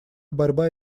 борьба